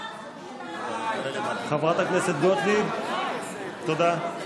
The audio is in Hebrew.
חברת הכנסת גוטליב, תודה.